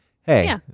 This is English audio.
hey